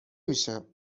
میشم